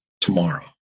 tomorrow